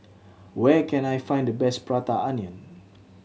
where can I find the best Prata Onion